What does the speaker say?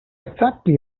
exactly